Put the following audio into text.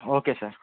okay sir